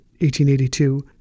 1882